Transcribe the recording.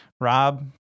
Rob